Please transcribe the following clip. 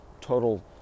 total